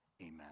Amen